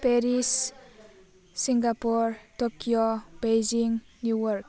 Paris Singapore Tokyo Beijing New York